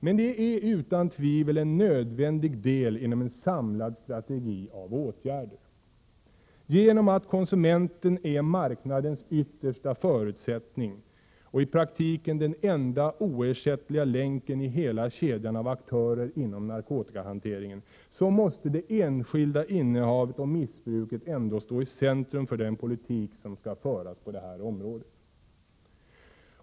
Men den är utan tvivel en nödvändig del inom en samlad strategi av åtgärder. Genom att konsumenten är marknadens yttersta förutsättning och i praktiken den enda oersättliga länken i hela kedjan av aktörer inom narkotikahanteringen, måste det enskilda innehavet och missbruket ändå stå i centrum för den politik som skall föras på det här området.